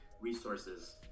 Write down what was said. resources